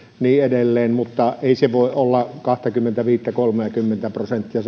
niin edelleen mutta ei se hallinnollinen kustannus voi olla kaksikymmentäviisi viiva kolmekymmentä prosenttia